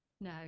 no